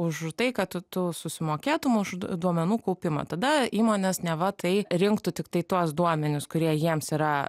už tai kad tu susimokėtum už duomenų kaupimą tada įmonės neva tai rinktų tiktai tuos duomenis kurie jiems yra